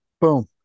Boom